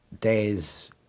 days